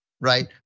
right